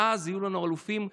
ואז יהיו לנו אלופים כמוך,